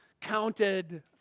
counted